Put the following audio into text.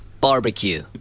Barbecue